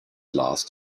last